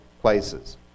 places